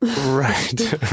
Right